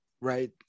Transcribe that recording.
right